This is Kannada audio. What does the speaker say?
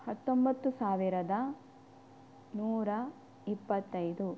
ಹತ್ತೊಂಬತ್ತು ಸಾವಿರದ ನೂರ ಇಪ್ಪತ್ತೈದು